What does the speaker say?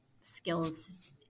skills